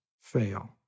fail